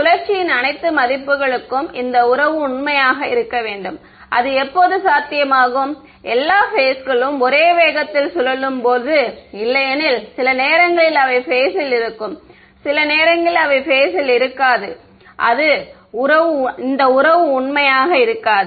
சுழற்சியின் அனைத்து மதிப்புகளுக்கும் இந்த உறவு உண்மையாக இருக்க வேண்டும் அது எப்போது சாத்தியமாகும் எல்லா பேஸ்களும் ஒரே வேகத்தில் சுழலும் போது இல்லையெனில் சில நேரங்களில் அவை பேஸில் இருக்கும் சில நேரங்களில் அவை பேஸில் இருக்காது இந்த உறவு உண்மையாக இருக்காது